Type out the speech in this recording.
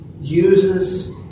uses